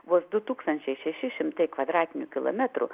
vos du tūkstančiai šeši šimtai kvadratinių kilometrų